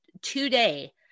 today